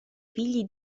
figli